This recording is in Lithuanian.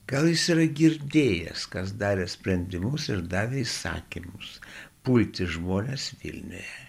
gal jis yra girdėjęs kas darė sprendimus ir davė įsakymus pulti žmones vilniuje